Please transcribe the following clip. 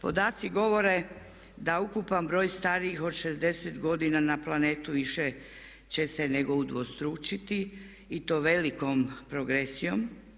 Podaci govore da ukupan broj starijih od 60 godina na planetu više će se nego udvostručiti i to velikom progresijom.